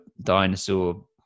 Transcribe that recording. dinosaur